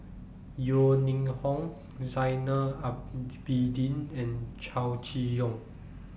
Yeo Ning Hong Zainal and Chow Chee Yong